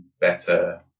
better